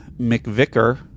McVicker